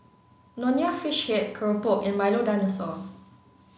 Nonya Fish Head Keropok and Milo Dinosaur